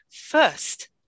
first